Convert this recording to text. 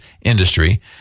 industry